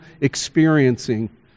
experiencing